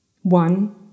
One